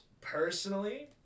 personally